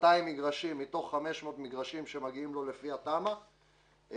200 מגרשים מתוך 500 מגרשים שמגיעים לו לפי התמ"א ואנחנו